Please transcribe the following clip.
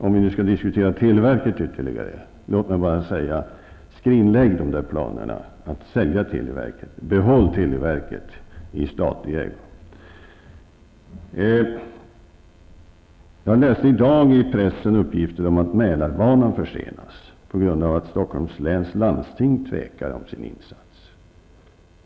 Om vi nu skall diskutera televerket ytterligare, låt mig säga: Skrinlägg planerna på att sälja televerket! Behåll televerket i statlig ägo! I dagens press läste jag att Mälarbanan försenas på grund av att Stockholms läns landsting tvekar i fråga om sin insats.